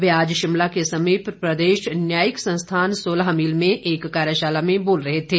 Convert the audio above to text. वे आज शिमला के समीप प्रदेश न्यायिक संस्थान सोलह मील में एक कार्यशाला में बोल रहे थे